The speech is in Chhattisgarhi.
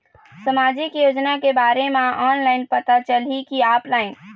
सामाजिक योजना के बारे मा ऑनलाइन पता चलही की ऑफलाइन?